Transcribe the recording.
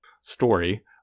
story